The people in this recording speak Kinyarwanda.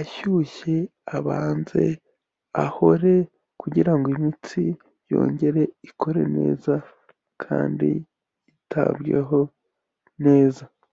ashyushye abanze ahore kugira ngo imitsi yongere ikore neza kandi yitabweho neza.